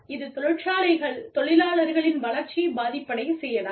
இது தொழிலாளர்களின் வளர்ச்சியைப் பாதிப்படையச் செய்யலாம்